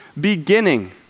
beginning